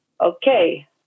okay